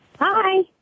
Hi